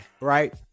Right